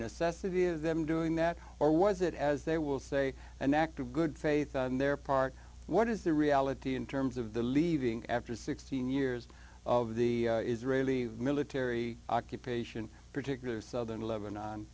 necessity of them doing that or was it as they will say an act of good faith on their part what is the reality in terms of the leaving after sixteen years of the israeli military occupation particular southern lebanon